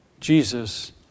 Jesus